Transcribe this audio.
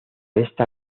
esta